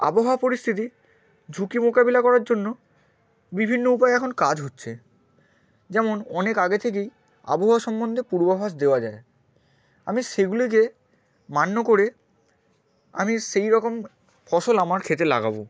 আবহাওয়া পরিস্থিতি ঝুঁকি মোকাবিলা করার জন্য বিভিন্ন উপায়ে এখন কাজ হচ্ছে যেমন অনেক আগে থেকেই আবহাওয়া সম্বন্ধে পূর্বাভাস দেওয়া যায় আমি সেগুলিকে মান্য করে আমি সেই রকম ফসল আমার ক্ষেতে লাগাবো